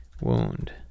wound